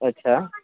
अच्छा